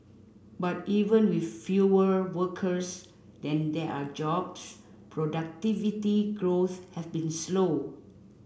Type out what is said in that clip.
but even with fewer workers than there are jobs productivity growth has been slow